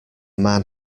man